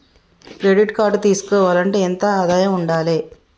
Credit card తీసుకోవాలంటే ఎంత ఆదాయం ఉండాలే?